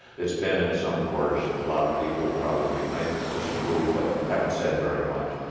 it's been in some quarters a lot of people probably might disapprove, but haven't said very much.